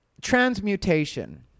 transmutation